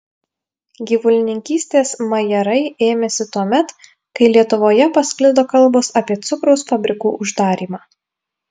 gyvulininkystės majerai ėmėsi tuomet kai lietuvoje pasklido kalbos apie cukraus fabrikų uždarymą